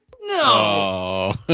No